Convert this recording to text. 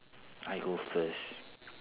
I go first